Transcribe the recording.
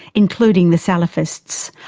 including the salafists,